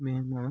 మేము